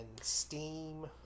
steam